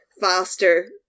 faster